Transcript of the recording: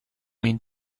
mean